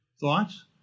thoughts